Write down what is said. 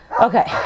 Okay